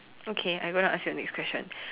okay I gonna ask you a next question